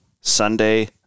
Sunday